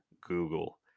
Google